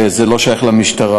וזה לא שייך למשטרה.